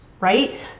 right